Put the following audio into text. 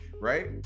right